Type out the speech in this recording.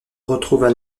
retrouvent